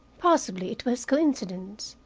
possibly it was coincidence.